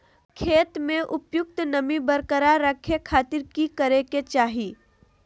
खेत में उपयुक्त नमी बरकरार रखे खातिर की करे के चाही?